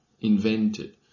invented